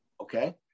okay